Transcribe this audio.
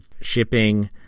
shipping